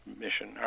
mission